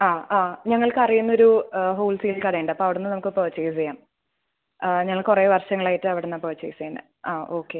ആ ആ ഞങ്ങൾക്ക് അറിയുന്നൊരു ഹോൾസെയിൽ കടയുണ്ട് അപ്പം അവിടുന്ന് നമുക്ക് പർച്ചേസ് ചെയ്യാം ഞങ്ങൾ കുറേ വർഷങ്ങളായിട്ട് അവിടുന്നാണ് പർച്ചേസ് ചെയ്യുന്നത് ആ ഓക്കേ